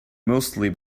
mostly